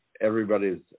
everybody's